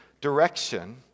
direction